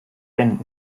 ben